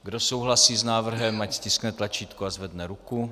Kdo souhlasí s návrhem, ať stiskne tlačítko a zvedne ruku.